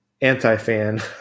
anti-fan